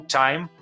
time